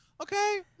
okay